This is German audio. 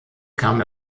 kam